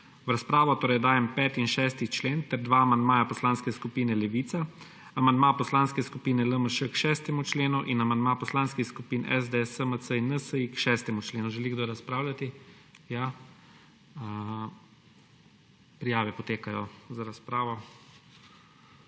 V razpravo dajem 5. in 6. člen ter dva amandmaja Poslanske skupine Levica, amandma Poslanske skupine LMŠ k 6. členu in amandma poslanskih skupin SDS, SMC in NSi k 6. členu. Želi kdo razpravljati? Ja. Prijave potekajo za razpravo.